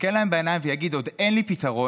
יסתכל להם בעיניים ויגיד: עוד אין לי פתרון,